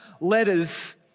letters